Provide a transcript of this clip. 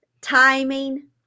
timing